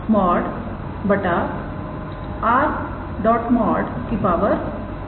3 है